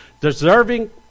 deserving